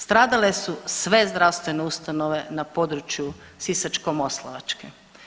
Stradale su sve zdravstvene ustanove na području Sisačko-moslavačke.